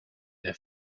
the